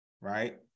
Right